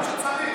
משפטי,